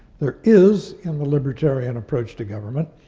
there is, in the libertarian approach to government,